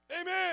Amen